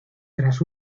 tras